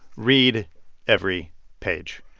read every page.